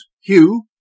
Hugh